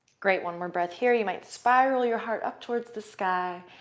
great. one more breath here. you might spiral your heart up towards the sky,